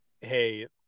hey